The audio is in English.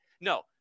no